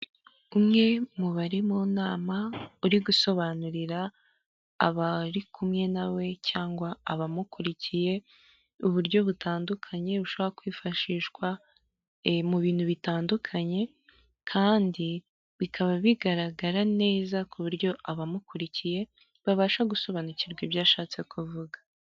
Umwe mu bari mu nama uri gusobanurira abari kumwe nawe cyangwa abamukurikiye uburyo butandukanye bushobora kwifashishwa mu bintu bitandukanye, kandi bikaba bigaragara neza ku buryo abamukurikiye babasha gusobanukirwa ibyo ashatse kuvuga.